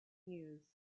use